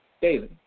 daily